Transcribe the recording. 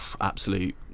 absolute